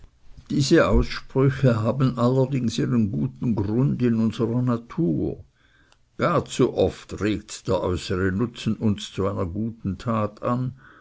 diese aussprüche haben allerdings ihren guten grund in unserer natur gar zu oft regt der äußere nutzen uns zu einer guten tat an